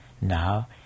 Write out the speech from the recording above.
Now